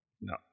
No